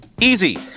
Easy